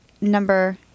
number